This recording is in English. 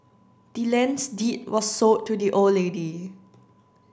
the land's deed was sold to the old lady